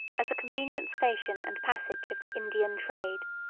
as a convenient station and passage of the indian trade.